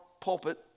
pulpit